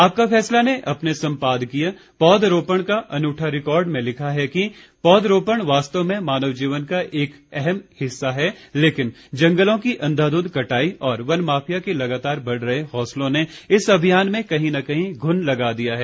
आपका फैसला ने अपने सम्पादकीय पौधरोपण का अनूठा रिकॉर्ड में लिखा है कि पौध रोपण वास्तव में मानव जीवन का एक अहम हिस्सा है लेकिन जंगलों की अंधाधुंध कटाई और वन माफिया के लगातार बढ रहे हौसलों ने इस अभियान में कहीं न कहीं घुन लगा दिया है